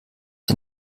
der